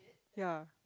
ya